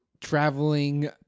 traveling